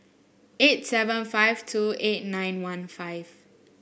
eight seven five two eight nine one five